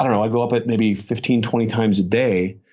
i go up it maybe fifteen, twenty times a day.